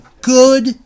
good